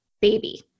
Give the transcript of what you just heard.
Baby